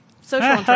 social